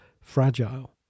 fragile